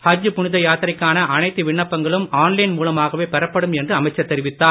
ஹஜ் புனித யாத்திரைக்கான எல்லா விண்ணப்பங்களும் ஆன்லைன் மூலமாகவே பெறப்படும் என்று அமைச்சர் தெரிவித்தார்